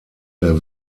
der